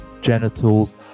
genitals